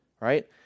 right